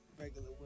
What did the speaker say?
regular